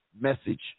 message